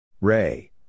Ray